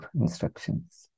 instructions